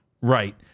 right